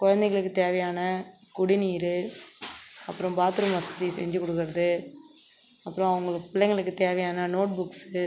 குழந்தைங்களுக்கு தேவையான குடிநீர் அப்புறோம் பாத்ரூம் வசதி செஞ்சு குடுக்கிறது அப்புறோம் அவங்களுக்கு பிள்ளங்களுக்கு தேவையான நோட் புக்ஸு